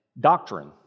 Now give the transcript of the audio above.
doctrine